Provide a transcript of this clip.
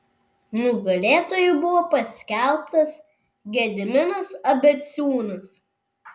nugalėtoju buvo paskelbtas gediminas abeciūnas